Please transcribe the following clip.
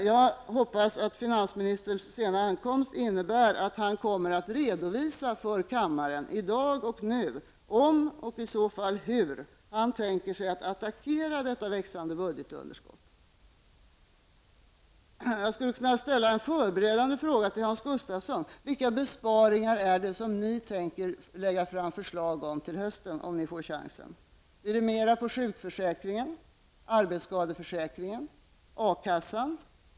Jag hoppas att finansministerns sena ankomst innebär att han kommer att redovisa för kammaren, i dag och nu, om och i så fall hur han tänker sig att attackera detta växande budgetunderskott. Jag skulle kunna ställa en förberedande fråga till Hans Gustafsson: Vilka besparingar tänker ni lägga fram förslag om till hösten om ni får chansen? Blir det mer besparingar på sjukförsäkringen? Arbetsskadeförsäkringen? A-kassan?